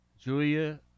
Julia